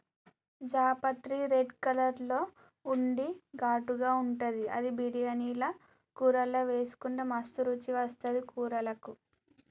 జాపత్రి red colour లో ఉండి ఘాటుగా ఉంటది అది బిర్యానీల కూరల్లా వేసుకుంటే మస్తు రుచి వస్తది కూరలకు